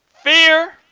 Fear